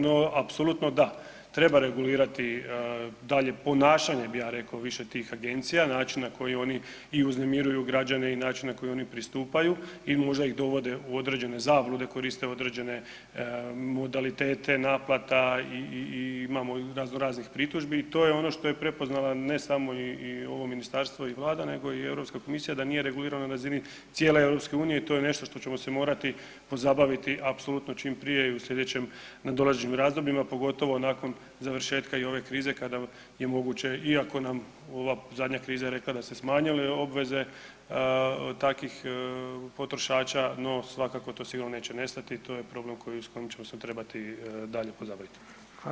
No, apsolutno da, treba regulirati dalje ponašanje bi ja reko više tih agencija, način na koji oni i uznemiruju građane i način na koji oni pristupaju i možda ih dovode u određene zablude, koriste određene modalitete naplata i imamo i razno raznih pritužbi i to je ono što je prepoznala ne samo i ovo ministarstvo i Vlada nego i Europska komisija da nije regulirano na razini cijele EU i to je nešto što ćemo se morati pozabaviti apsolutno čim prije i u slijedećim nadolazećim razdobljima pogotovo nakon završetka i ove krize kada je moguće, iako nam ova zadnja kriza rekla da se smanjile obveze takvih potrošača, no svakako to sigurno neće nestati i to je problem s kojim ćemo se trebati dalje pozabaviti.